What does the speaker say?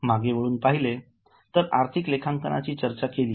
मागे वळून'पहिले तर आपण आर्थिक लेखांकनाची चर्चा केली